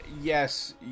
yes